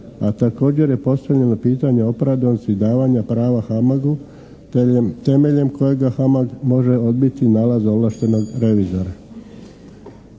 a također je postavljeno pitanje opravdanosti davanja prava HAMAG-u temeljem kojega HAMAG može odbiti nalaz ovlaštenog revizora.